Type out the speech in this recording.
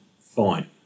fine